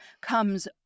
comes